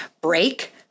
break